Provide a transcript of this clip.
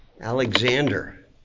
Alexander